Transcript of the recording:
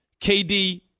KD